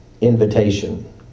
invitation